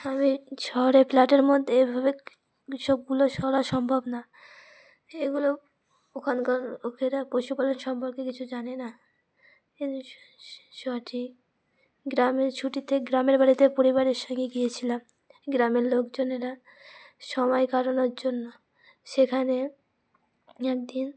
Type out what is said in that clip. আমি শহরে ফ্ল্যাটের মধ্যে এভাবে সবগুলো সরা সম্ভব না এগুলো ওখানকার লোকেরা পশুপালন সম্পর্কে কিছু জানে না সঠিক গ্রামের ছুটিতে গ্রামের বাড়িতে পরিবারের সঙ্গে গিয়েছিলাম গ্রামের লোকজনেরা সময় কাটানোর জন্য সেখানে একদিন